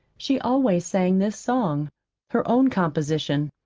she always sang this song her own composition,